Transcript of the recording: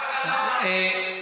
חינוך.